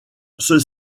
ceux